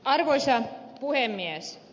arvoisa puhemies